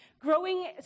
growing